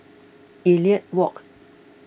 Elliot Walk